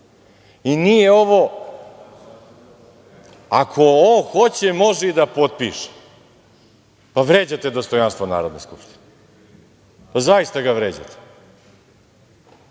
ovo – ako on hoće, može i da potpiše. Vređate dostojanstvo Narodne skupštine. Zaista ga vređate.